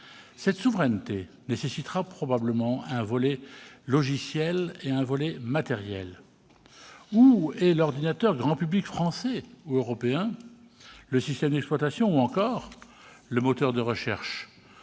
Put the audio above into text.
Cette souveraineté nécessitera probablement un volet logiciel et un volet matériel. Où est l'ordinateur grand public français ou européen, le système d'exploitation, ou encore le moteur de recherche ?